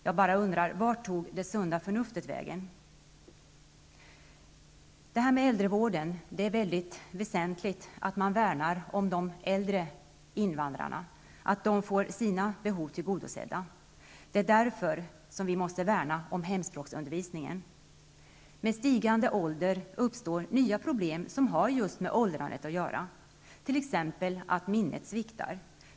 Jag bara undrar: Det är väsentligt att man värnar om de äldre invandrarna, att de får sina behov tillgodosedda. Det är därför vi måste värna om hemspråksundervisningen. Med stigande ålder uppstår nya problem som har med just åldrandet att göra, t.ex. att minnet sviktar.